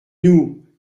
nous